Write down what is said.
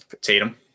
Tatum